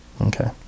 Okay